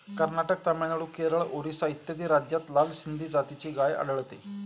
कर्नाटक, तामिळनाडू, केरळ, ओरिसा इत्यादी राज्यांत लाल सिंधी जातीची गाय आढळते